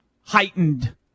heightened